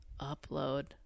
Upload